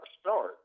start